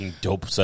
dope